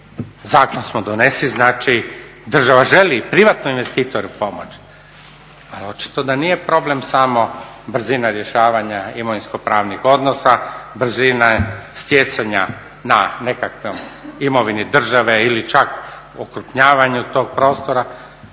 Zakon smo donesli, znači država želi i privatni investitori pomoći, ali očito da nije problem samo brzina rješavanja imovinsko-pravnih odnosa, brzina stjecanja na nekakvoj imovini države ili čak okrupnjavanju tog prostora,